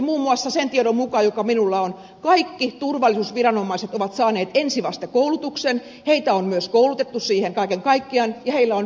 muun muassa sen tiedon mukaan joka minulla on kaikki turvallisuusviranomaiset ovat saaneet ensivastekoulutuksen heitä on myös koulutettu siihen kaiken kaikkiaan ja heillä on välineistö